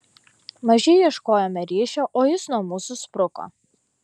maži ieškojome ryšio o jis nuo mūsų spruko